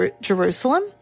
Jerusalem